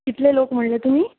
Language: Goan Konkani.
कितले लोक म्हणले तुमी